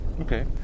Okay